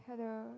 hello